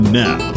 now